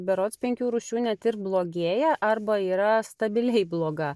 berods penkių rūšių net ir blogėja arba yra stabiliai bloga